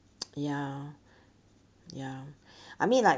ya ya I mean like